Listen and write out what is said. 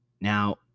Now